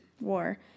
war